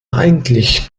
eigentlich